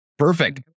Perfect